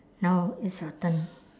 now it's your turn